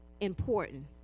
important